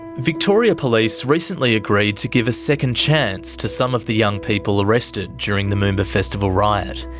victoria police recently agreed to give a second chance to some of the young people arrested during the moomba festival riot.